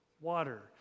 water